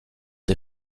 des